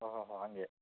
ಓಹ್ ಹೊ ಹೊ ಹಾಗೆ